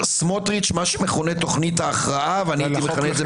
אמרתי משהו, ואמרתי את זה